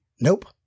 nope